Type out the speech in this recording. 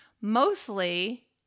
mostly